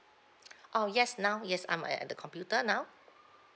oh yes now yes I'm at at the computer now